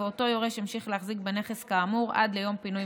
ואותו יורש המשיך להחזיק בנכס כאמור עד ליום פינוי